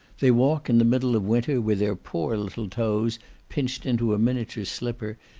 they walk in the middle of winter with their poor little toes pinched into a miniature slipper,